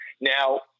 Now